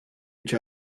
each